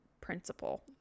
principle